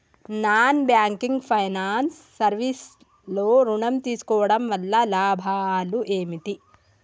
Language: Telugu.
నాన్ బ్యాంకింగ్ ఫైనాన్స్ సర్వీస్ లో ఋణం తీసుకోవడం వల్ల లాభాలు ఏమిటి?